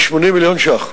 ל-80 מיליון שקל,